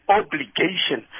obligation